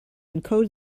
encode